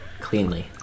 cleanly